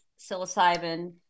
psilocybin